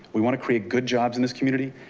we want to create good jobs in this community.